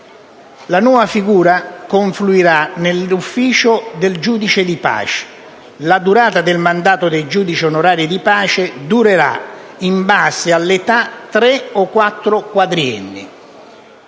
La nuova figura confluirà nell'ufficio del giudice di pace. La durata del mandato dei giudici onorari di pace sarà, in base all'età, di tre o quattro quadrienni.